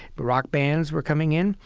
but rock bands were coming in.